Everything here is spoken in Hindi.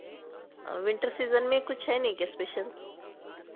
विंटर सीज़न में कुछ है नहीं क्या स्पेशल